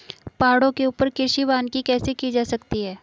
पहाड़ों के ऊपर कृषि वानिकी कैसे की जा सकती है